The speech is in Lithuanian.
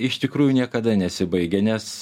iš tikrųjų niekada nesibaigia nes